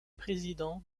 président